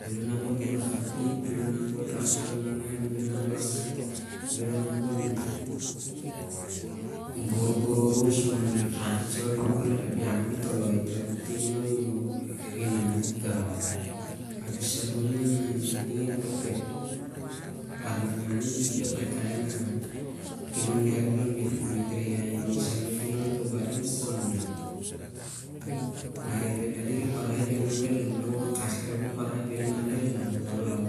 Bhel unap ol murak kapit, bhel unap ol angan, kapit. Ap bhel unap ol borbor oros, mah ol rak it sah ol wuvur larep yam ki toloi ep balam ting na u inan it gau. Iding ep barnangan ning met rhop met rehreh ha- im- i ting lon barim nah di parai ap bhel inap el laulau